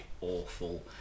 awful